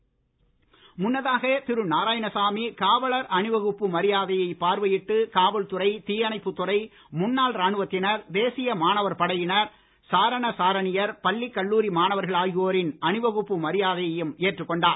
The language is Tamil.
தினம் நிகழ்ச்சி முன்னதாக திரு நாராயணசாமி காவலர் வகுப்பு அணி மரியாதையை பார்வையிட்டு காவல்துறை தீயணைப்புத் துறை முன்னாள் ராணுவத்தினர் தேசிய மாணவர் படையினர் சாரண சாரணியர் பள்ளிக் கல்லூரி மாணவர்கள் ஆகியோரின் அணிவகுப்பு மரியாதையையும் ஏற்றுக் கொண்டார்